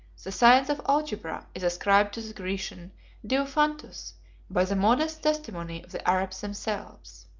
the science of algebra is ascribed to the grecian diophantus by the modest testimony of the arabs themselves.